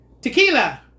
Tequila